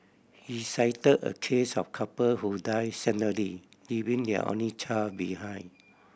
he cite a case of a couple who died suddenly leaving their only child behind